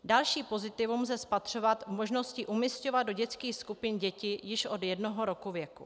Další pozitivum lze spatřovat v možnosti umisťovat do dětských skupin děti již od jednoho roku věku.